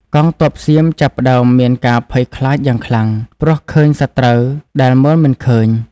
កងទ័ពសៀមចាប់ផ្ដើមមានការភ័យខ្លាចយ៉ាងខ្លាំង ព្រោះឃើញសត្រូវដែលមើលមិនឃើញ។